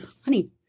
honey